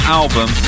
album